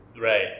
Right